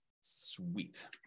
Sweet